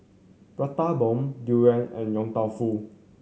Prata Bomb durian and Yong Tau Foo